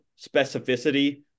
specificity